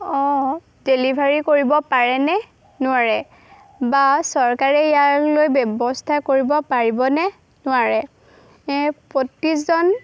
অঁ ডেলিভাৰী কৰিব পাৰে নে নোৱাৰে বা চৰকাৰে ইয়ালৈ ব্যৱস্থা কৰিব পাৰিবনে নোৱাৰে প্ৰতিজন